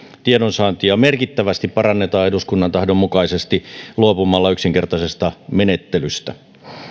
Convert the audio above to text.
tiedonsaantia merkittävästi parannetaan eduskunnan tahdon mukaisesti luopumalla yksinkertaisesta menettelystä